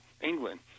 England